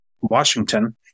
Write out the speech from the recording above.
Washington